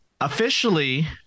officially